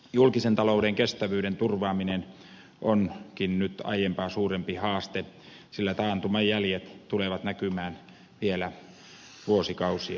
julkisen talouden kestävyyden turvaaminen onkin nyt aiempaa suurempi haaste sillä taantuman jäljet tulevat näkymään vielä vuosikausia